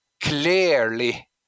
clearly